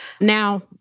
Now